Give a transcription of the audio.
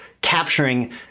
capturing